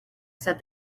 said